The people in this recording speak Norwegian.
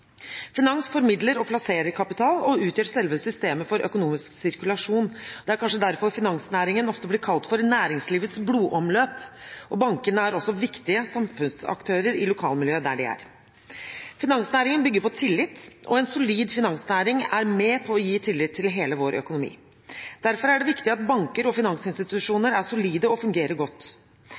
Finans formidler og plasserer kapital og utgjør selve systemet for økonomisk sirkulasjon. Det er kanskje derfor finansnæringen ofte blir kalt for næringslivets blodomløp. Bankene er også viktige samfunnsaktører i lokalmiljøet der de er. Finansnæringen bygger på tillit, og en solid finansnæring er med på å gi tillit til hele vår økonomi. Derfor er det viktig at banker og finansinstitusjoner er solide og fungerer godt.